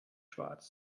schwarz